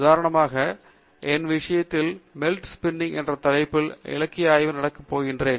உதாரணமாக என் விஷயத்தில் நான் மெல்ட் ஸ்பின்னிங் என்ற தலைப்பில் இலக்கிய ஆய்வு நடத்த போகிறேன்